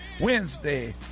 Wednesday